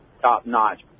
top-notch